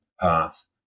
path